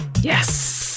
yes